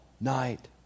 night